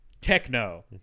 techno